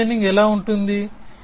backward chaining ఎలా ఉంటుంది